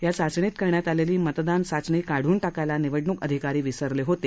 या चाचणीत करण्यात ा लेली मतदान चाचणी काढून टाकायला निवडणूक अधिकारी विसरले होते